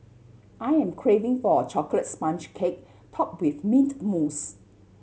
I am craving for a chocolate sponge cake top with mint mousse